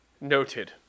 noted